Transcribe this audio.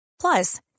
Plus